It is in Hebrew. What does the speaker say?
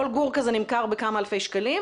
כל גור כזה נמכר בכמה אלפי שקלים,